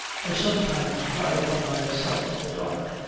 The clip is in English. i sometimes cried by myself in the dark.